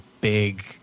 big